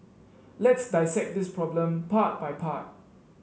let's dissect this problem part by part